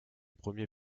premier